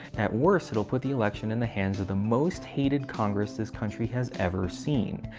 at worst, it will put the election in the hands of the most hated congress this country has ever seen,